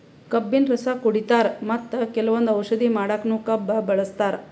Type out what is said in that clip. ಕಬ್ಬಿನ್ ರಸ ಕುಡಿತಾರ್ ಮತ್ತ್ ಕೆಲವಂದ್ ಔಷಧಿ ಮಾಡಕ್ಕನು ಕಬ್ಬ್ ಬಳಸ್ತಾರ್